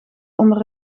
onder